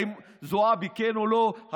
האם זועבי כן או לא,